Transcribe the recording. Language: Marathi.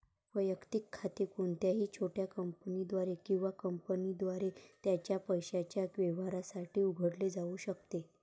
वैयक्तिक खाते कोणत्याही छोट्या कंपनीद्वारे किंवा कंपनीद्वारे त्याच्या पैशाच्या व्यवहारांसाठी उघडले जाऊ शकते